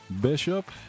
Bishop